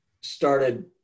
started